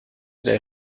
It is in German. der